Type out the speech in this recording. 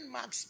Max